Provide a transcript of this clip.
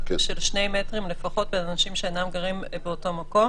של 2 מטרים לפחות בין אנשים שאינם גרים באותו מקום